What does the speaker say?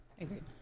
Agreed